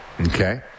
Okay